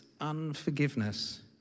unforgiveness